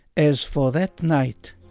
as for that night,